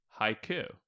Haiku